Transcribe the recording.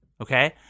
okay